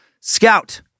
Scout